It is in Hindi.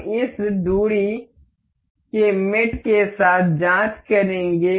हम इस दूरी के मेट के साथ जांच करेंगे